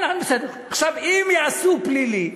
אם יעשו פלילי,